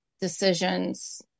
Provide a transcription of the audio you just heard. decisions